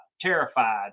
terrified